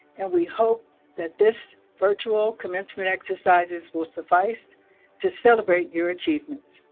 and we hope that this virtual commencement exercises will suffice to celebrate your achievements.